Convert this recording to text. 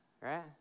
right